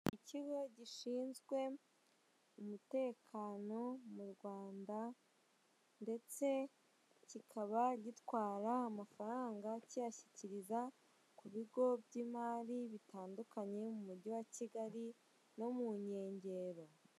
Ikigo gishinzwe umutekano mu Rwanda, ndetse kikaba gitwara amafaranga kiyashyikiriza ku bigo by'imari bitandukanye, mu mujyi wa Kigali, no mu nkengero.